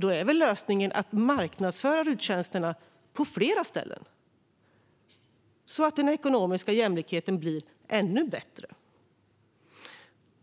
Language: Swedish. Då är väl lösningen att marknadsföra RUT-tjänsterna på fler ställen så att den ekonomiska jämlikheten blir ännu bättre?